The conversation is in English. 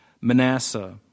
Manasseh